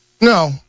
no